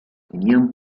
tenían